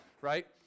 right